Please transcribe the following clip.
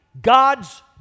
God's